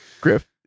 Griff